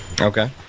Okay